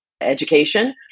education